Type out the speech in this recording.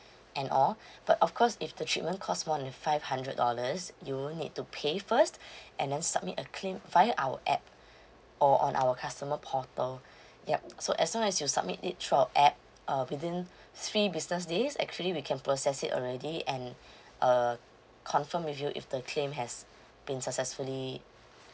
and all but of course if the treatment cost more than five hundred dollars you'll need to pay first and then submit a claim via our app or on our customer portal yup so as long as you submit it through our app uh within three business days actually we can process it already and uh confirm with you if the claim has been successfully